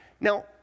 Now